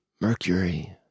Mercury